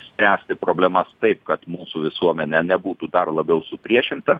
spręsti problemas taip kad mūsų visuomenė nebūtų dar labiau supriešinta